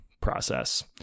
process